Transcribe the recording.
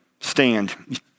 stand